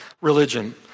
religion